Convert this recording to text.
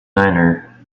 niner